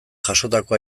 jasotako